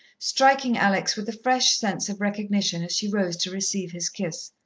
striking alex with a fresh sense of recognition as she rose to receive his kiss.